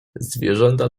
zwierzęta